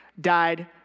died